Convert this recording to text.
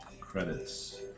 credits